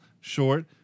short